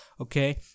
okay